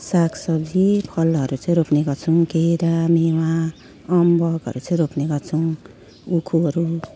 सागसब्जी फलहरू चाहिँ रोप्ने गर्छौँ केरा मेवा अम्बकहरू चाहिँ रोप्ने गर्छौँ उखुहरू